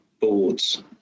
boards